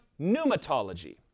pneumatology